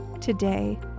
today